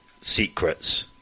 secrets